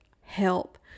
help